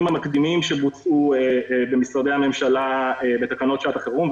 המקדימים שבוצעו במשרדי הממשלה בתקנות שעת החירום.